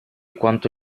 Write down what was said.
quanto